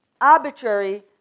arbitrary